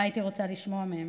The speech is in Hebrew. מה הייתי רוצה לשמוע מהם?